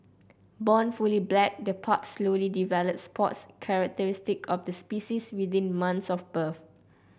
born fully black the pups slowly develop spots characteristic of the species within months of birth